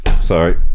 Sorry